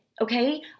okay